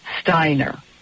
Steiner